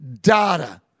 data